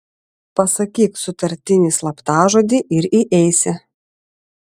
pasakyk sutartinį slaptažodį ir įeisi